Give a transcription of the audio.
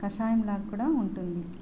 కాషాయం లాగ కూడా ఉంటుంది